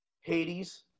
Hades